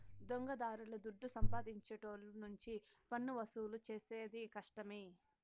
దొంగదారుల దుడ్డు సంపాదించేటోళ్ళ నుంచి పన్నువసూలు చేసేది కష్టమే